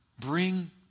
bring